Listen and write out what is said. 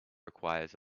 requires